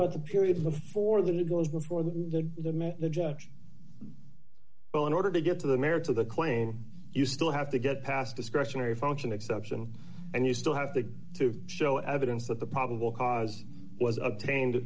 the period before that it was before the met the judge oh in order to get to the merits of the claim you still have to get past discretionary function exception and you still have to to show evidence that the probable cause was obtained